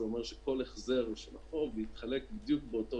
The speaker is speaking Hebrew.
זה אומר שכל החזר הוא של החוב ויתחלק בדיוק באותו